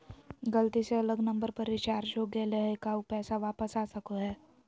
गलती से अलग नंबर पर रिचार्ज हो गेलै है का ऊ पैसा वापस आ सको है?